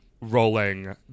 rolling